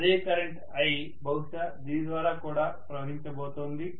అదే current I బహుశా దీని ద్వారా కూడా ప్రవహించబోతోంది